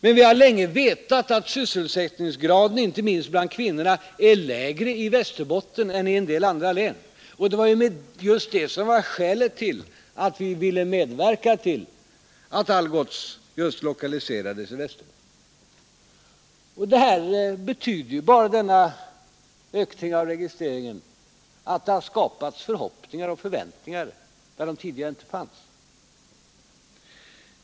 Men vi har länge vetat att sysselsättningsgraden — inte minst bland kvinnorna — är lägre i Västerbotten än i en del andra län. Det var ju det som var skälet till att vi ville medverka till att Algots just lokaliserades till Västerbotten. Denna ökning av registreringen betyder bara att det har skapats förhoppningar och förväntningar där de tidigare inte fanns.